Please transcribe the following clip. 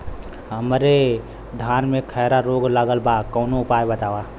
हमरे धान में खैरा रोग लगल बा कवनो उपाय बतावा?